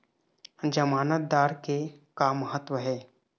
जमानतदार के का महत्व हे?